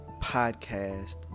podcast